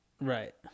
right